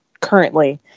currently